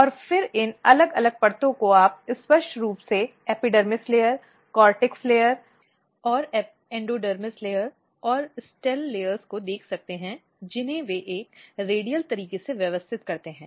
और फिर इन अलग अलग परतों को आप स्पष्ट रूप से एपिडर्मिस परत कॉर्टेक्स परत और एंडोडर्मिस परत और स्टेल परतों को देख सकते हैं जिन्हें वे एक रेडियल तरीके से व्यवस्थित करते हैं